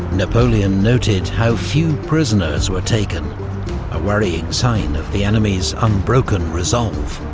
napoleon noted how few prisoners were taken a worrying sign of the enemy's unbroken resolve.